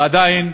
ועדיין